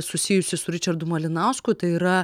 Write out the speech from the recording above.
susijusi su ričardu malinausku tai yra